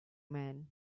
man